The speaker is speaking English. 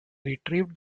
retrieved